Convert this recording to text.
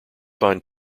find